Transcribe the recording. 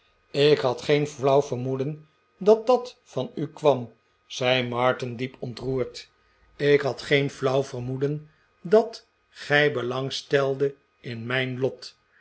ik had geen flauw vermoeden dat dat van u kwam zei martin diep ontroerd ik had geen flauw vermoeden dat gij belang steldet in mijn lot